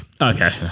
Okay